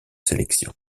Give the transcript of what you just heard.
sélections